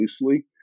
loosely